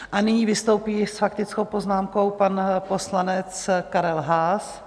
A nyní vystoupí s faktickou poznámkou pan poslanec Karel Haas.